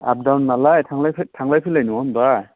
आप दाउन नालाय थांलाय फैलाय नङा होनबा